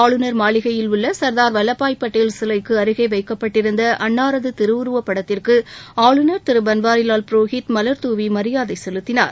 ஆளுநர் மாளிகையில் உள்ள சர்தார் வல்லபாய் பட்டேல் சிலைக்கு அருகே வைக்கப்பட்டிருந்த அன்னாரது திருவுருவப் படத்திற்கு ஆளுநர் திரு பன்வாரிலால் புரோஹித் மலர் தூவி மரியாதை செலுத்தினார்